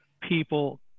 people